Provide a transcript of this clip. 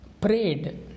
prayed